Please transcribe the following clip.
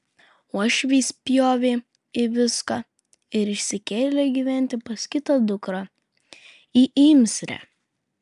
uošviai spjovė į viską ir išsikėlė gyventi pas kitą dukrą į imsrę